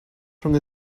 rhwng